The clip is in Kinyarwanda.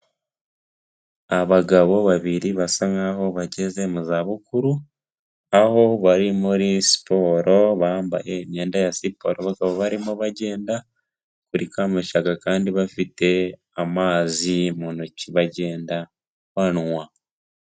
Abagabo babiri basa nkaho bageze mu za bukuru, aho bari muri siporo bambaye imyenda ya siporo bakaba barimo bagenda, kuri ka mucaka kandi bafite amazi mu ntoki bagenda banywa.